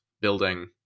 building